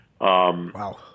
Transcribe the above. Wow